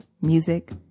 music